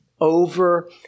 over